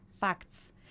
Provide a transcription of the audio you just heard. facts